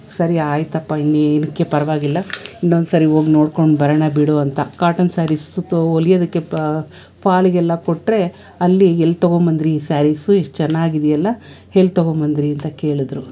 ಸರಿ ಆಯ್ತಪ್ಪ ಇನ್ನೇನಕ್ಕೆ ಪರವಾಗಿಲ್ಲ ಇನ್ನೊಂದು ಸರಿ ಹೋಗಿ ನೋಡ್ಕೊಂಡು ಬರೋಣ ಬಿಡು ಅಂತ ಕಾಟನ್ ಸ್ಯಾರೀಸು ತೋ ಹೊಲ್ಯೊದಕ್ಕೆ ಫಾಲಗೆಲ್ಲ ಕೊಟ್ರೆ ಅಲ್ಲಿ ಎಲ್ಲ ತೊಗೊಂಬಂದ್ರಿ ಈ ಸ್ಯಾರೀಸು ಇಷ್ಟು ಚೆನ್ನಾಗಿದೆಯಲ್ಲ ಎಲ್ಲಿ ತೊಗೊಂಬಂದ್ರಿ ಅಂತ ಕೇಳಿದ್ರು